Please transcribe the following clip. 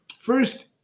First